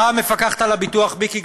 באה המפקחת על הביטוח מיקי,